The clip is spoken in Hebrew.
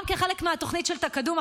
גם כחלק מהתוכנית של תקאדום,